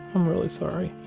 i'm really sorry.